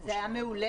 זה היה מעולה.